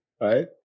right